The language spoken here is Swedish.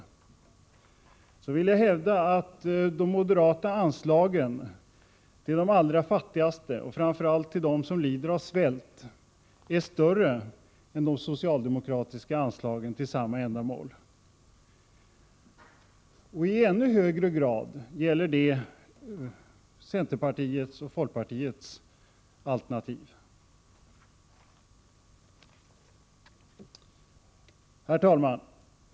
Vidare vill jag hävda att de moderata anslagen till de allra fattigaste folken — och framför allt till dem som lider av svält — är större än de socialdemokratiska anslagen till samma ändamål. I än högre grad gäller detta centerpartiets och folkpartiets alternativ. Herr talman!